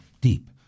deep